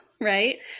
right